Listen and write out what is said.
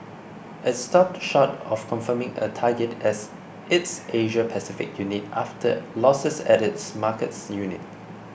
it stopped short of confirming a target as its Asia Pacific unit after losses at its markets unit